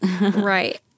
right